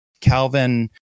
Calvin